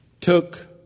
took